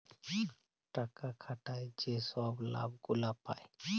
টাকা খাটায় যে ছব লাভ গুলা পায়